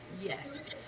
Yes